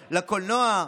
לקולנוע,